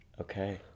Okay